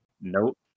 nope